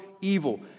evil